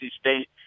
State